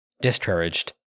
discouraged